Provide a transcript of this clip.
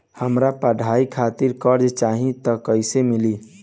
हमरा पढ़ाई खातिर कर्जा चाही त कैसे मिली?